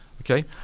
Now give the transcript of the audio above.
Okay